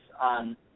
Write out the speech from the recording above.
on